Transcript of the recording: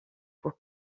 pour